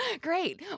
Great